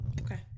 Okay